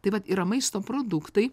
tai vat yra maisto produktai